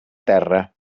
terra